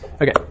Okay